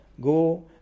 go